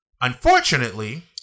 unfortunately